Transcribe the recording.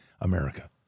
America